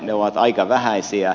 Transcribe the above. ne ovat aika vähäisiä